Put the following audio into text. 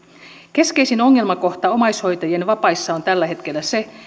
keskeisin ongelmakohta omaishoitajien vapaissa on tällä hetkellä se